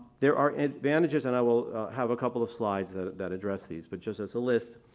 there are advantages and i will have a couple of slides that that address these, but just as a list,